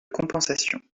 compensation